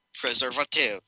preservative